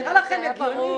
נראה לכם הגיוני?